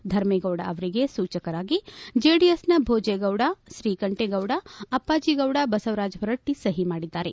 ಧರ್ಮೇಗೌಡ ಅವರಿಗೆ ಸೂಚಕರಾಗಿ ಜೆಡಿಎಸ್ನ ಭೋಜೇಗೌಡ ಶ್ರೀಕಂಠೇಗೌಡ ಅಪ್ಪಾಜಿಗೌಡ ಬಸವರಾಜ ಹೊರಟ್ಟಿ ಸಹಿ ಮಾಡಿದ್ದಾರೆ